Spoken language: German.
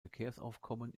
verkehrsaufkommen